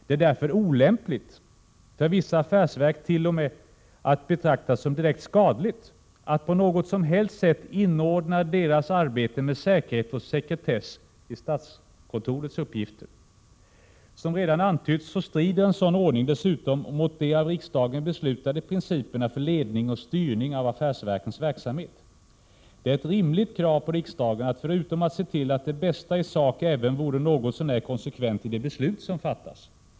Det är därför olämpligt, för vissa affärsverk t.o.m. att betrakta som direkt skadligt, att på något som helst sätt inordna deras arbete med säkerhet och sekretess i statskontorets uppgifter. Som redan antytts strider en sådan ordning dessutom mot de av riksdagen beslutade principerna för ledning och styrning av affärsverkens verksamhet. Det är ett rimligt krav på riksdagen att förutom att se till det bästa i sak även vara något så när konsekvent i de beslut som fattas.